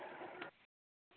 hello اَلسلامُ علیکُم